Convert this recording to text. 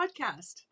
podcast